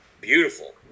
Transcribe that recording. beautiful